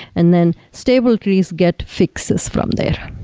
and then stable trees get fixes from there.